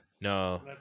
No